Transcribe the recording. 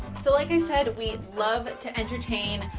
so like i said, we love to entertain.